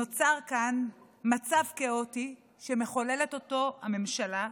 נוצר כאן מצב כאוטי שמחוללת הממשלה,